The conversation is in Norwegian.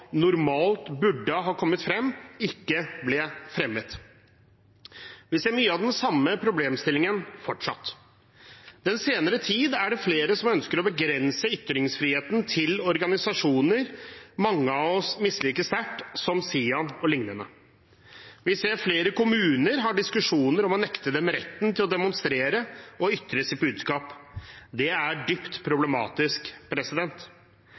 normalt burde ha kommet frem, ikke ble fremmet. Vi ser mye av den samme problemstillingen fortsatt. Den senere tid er det flere som har ønsket å begrense ytringsfriheten til organisasjoner mange av oss misliker sterkt, som SIAN o.l. Vi ser at flere kommuner har diskusjoner om å nekte dem retten til å demonstrere og ytre sitt budskap. Det er dypt